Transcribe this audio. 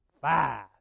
five